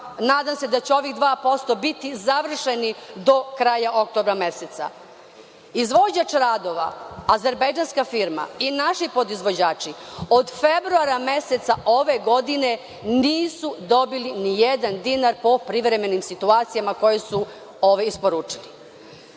nadam se da će ovih 2% biti završeni do kraja oktobra meseca. Izvođač radova, azerbejdžanska firma i naši podizvođači, od februara meseca ove godine nisu dobili ni jedan dinar po privremenim situacijama koje su ovi isporučili. Ako